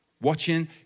Watching